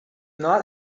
not